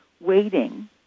Waiting